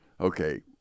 Okay